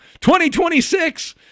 2026